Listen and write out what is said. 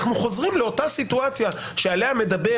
אנחנו חוזרים לאותה סיטואציה שעליה מדבר